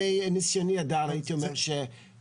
--- מניסיוני הדל הייתי אומר שכוחו